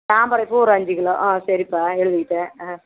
தாமரைப்பூ ஒரு அஞ்சு கிலோ ஆ சரிப்பா எழுதிக்கிட்டேன் ஆ